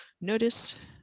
notice